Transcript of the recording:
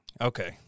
okay